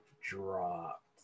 Dropped